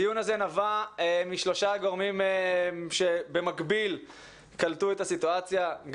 הדיון נבע משלושה גורמים שקלטו את הסיטואציה במקביל,